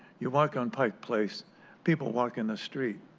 you walk on pike place people walk in the street.